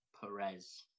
Perez